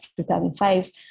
2005